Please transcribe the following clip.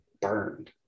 burned